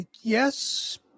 yes